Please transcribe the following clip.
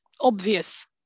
obvious